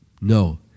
No